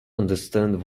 understand